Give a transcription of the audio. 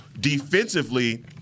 defensively